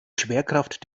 schwerkraft